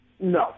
No